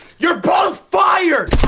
you're both fired!